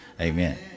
Amen